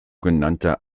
genannte